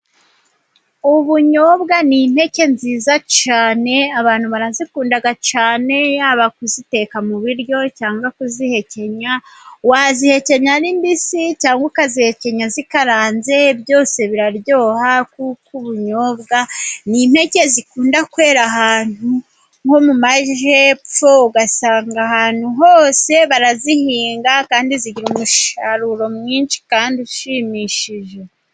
Ubunyobwa ni impeke nziza cyane, abantu barazikunda cyane, yaba kuziteka mu biryo cyangwa kuzihekenya, wazihekenya ari mbisi cyangwa ukazihekenya zikaranze, byose biraryoha kuko ubunyobwa ni impeke, zikunda kwera ahantu nko mu majyepfo, usanga ahantu hose barazihinga kandi zigira, umusaruro mwinshi kandi ushimishije.